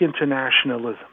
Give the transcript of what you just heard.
internationalism